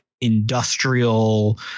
industrial